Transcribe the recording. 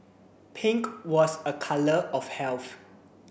pink was a colour of health